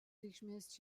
reikšmės